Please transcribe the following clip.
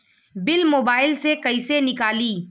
Bill mobile से कईसे निकाली?